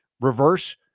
reverse